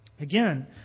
Again